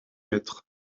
maîtres